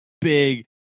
Big